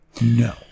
No